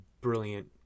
brilliant